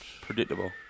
Predictable